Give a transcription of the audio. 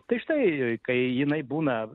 tai štai kai jinai būna